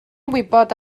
wybod